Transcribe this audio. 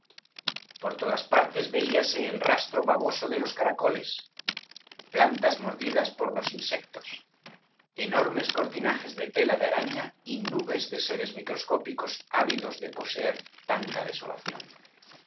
por todas partes veíase el rastro baboso de tropiquillos i los caracoles plantas mordidas por los insectos enormes cortinajes de tela de araña y nubes de seres microscópicos ávidos de poseer tanta desolación